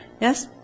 Yes